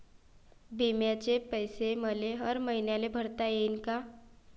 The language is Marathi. बिम्याचे पैसे मले हर मईन्याले भरता येईन का?